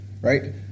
right